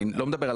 אני לא מדבר על